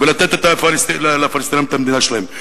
ולתת לפלסטינים את המדינה שלהם.